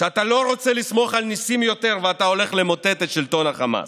שאתה לא רוצה לסמוך על ניסים יותר ואתה הולך למוטט את שלטון החמאס.